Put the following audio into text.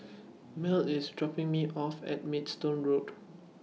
Mell IS dropping Me off At Maidstone Road